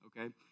okay